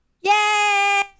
Yay